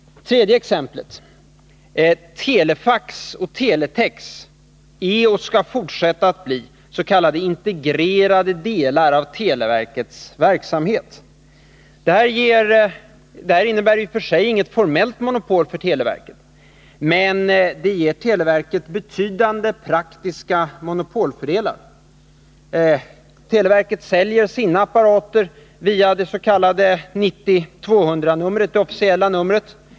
Det tredje exemplet: Telefax och teletex är och skall fortsätta att vara s.k. integrerade delar av televerkets verksamhet. Detta innebär i och för sig inget formellt monopol för televerket, men det ger televerket betydande praktiska 177 Televerket säljer sina apparater via det officiella 90 200-numret.